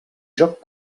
joc